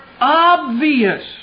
obvious